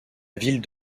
ville